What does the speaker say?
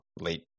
late